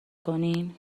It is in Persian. کنین